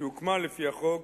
שהוקמה לפי החוק,